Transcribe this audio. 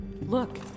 Look